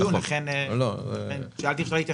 היה כאן דיון, לכן שאלתי אם אפשר להתייחס.